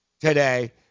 today